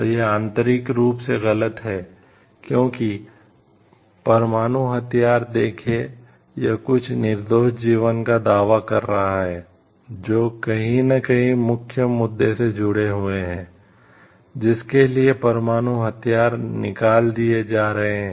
तो यह आंतरिक रूप से गलत है क्योंकि परमाणु हथियार देखें यह कुछ निर्दोष जीवन का दावा कर रहा है जो कहीं न कहीं मुख्य मुद्दे से जुड़े हुए हैं जिसके लिए परमाणु हथियार निकाल दिए जा रहे हैं